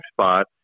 spot